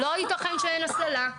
ולא ייתכן שאין הסללה.